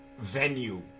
venue